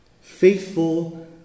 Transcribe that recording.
Faithful